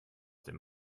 dem